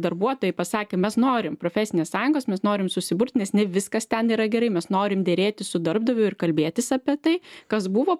darbuotojai pasakė mes norim profesinės sąjungos mes norim susiburt nes ne viskas ten yra gerai mes norim derėtis su darbdaviu ir kalbėtis apie tai kas buvo